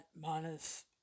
minus